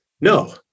No